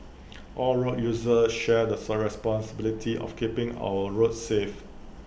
all road users share the responsibility of keeping our roads safe